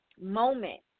moment